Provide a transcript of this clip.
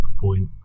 point